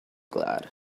glad